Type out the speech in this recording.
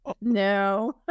No